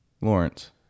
Lawrence